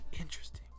Interesting